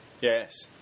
Yes